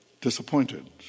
disappointed